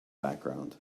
background